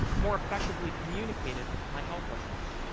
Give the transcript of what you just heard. more effectively communicated my helplessness.